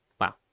Wow